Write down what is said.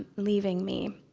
leaving me,